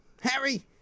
Harry